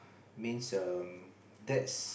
means um that's